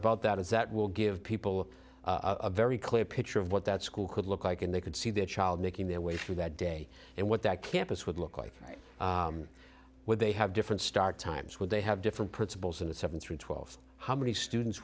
about that is that will give people a very clear picture of what that school could look like and they could see their child making their way through that day and what that campus would look like would they have different start times would they have different principals in the seven through twelve how many students